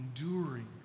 enduring